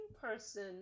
person